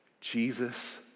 Jesus